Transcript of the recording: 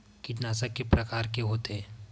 कीटनाशक के प्रकार के होथे?